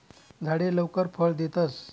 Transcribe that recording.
झाडे लवकर फळ देतस